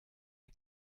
der